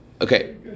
Okay